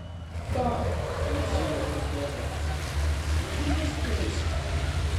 ką nusijuokė fiodoras sąžinė springsta